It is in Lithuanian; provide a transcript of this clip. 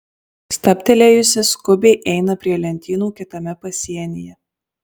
stabtelėjusi skubiai eina prie lentynų kitame pasienyje